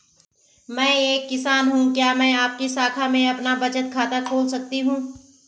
मैं एक किसान हूँ क्या मैं आपकी शाखा में अपना बचत खाता खोल सकती हूँ?